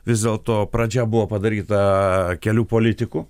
vis dėlto pradžia buvo padaryta kelių politikų